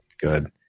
good